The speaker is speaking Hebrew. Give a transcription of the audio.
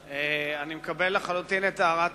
אני מקבל לחלוטין את הערת אדוני.